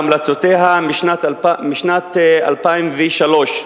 בהמלצותיה משנת 2003,